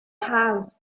house